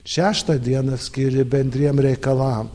šeštą dieną skiri bendriem reikalam